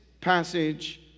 passage